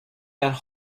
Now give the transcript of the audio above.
that